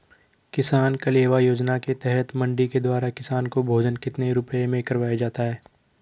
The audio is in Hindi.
किसान कलेवा योजना के तहत मंडी के द्वारा किसान को भोजन कितने रुपए में करवाया जाता है?